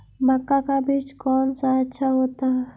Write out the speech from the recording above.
मक्का का बीज कौन सा अच्छा होता है?